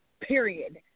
period